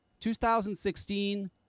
2016